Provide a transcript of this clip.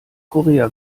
korea